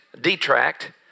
detract